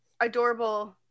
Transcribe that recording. adorable